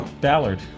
Ballard